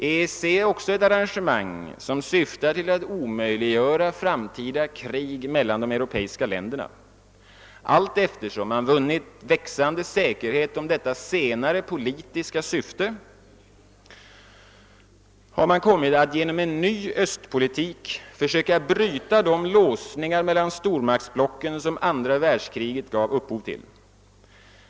EEC är också ett arrangemang som syftar till att omöjliggöra framtida krig mellan de europeiska länderna. Allteftersom man vunnit växande säkerhet om detta senare politiska syfte har man kommit att genom en ny östpolitik försöka bryta de låsningar mellan stormaktsblocken som andra världskriget gav upphov till.